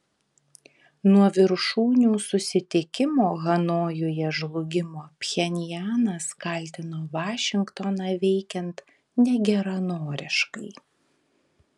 nuo viršūnių susitikimo hanojuje žlugimo pchenjanas kaltino vašingtoną veikiant negeranoriškai